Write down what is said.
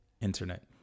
internet